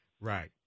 Right